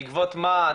בעקבות מה?